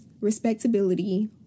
respectability